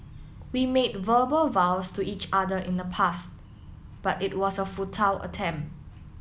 we made verbal vows to each other in the past but it was a futile attempt